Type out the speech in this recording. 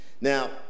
Now